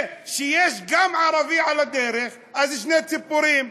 וכשיש גם ערבי על הדרך, אז זה שתי ציפורים.